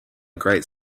great